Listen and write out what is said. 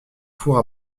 fours